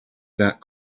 that